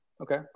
Okay